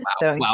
wow